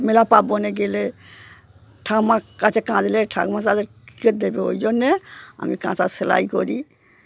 মেলা পার্বনে গেলে ঠাকমার কাছে কাঁদলে ঠাকমা তাদেরকে কি দেবে ওই জন্যে আমি কাঁথা সেলাই করি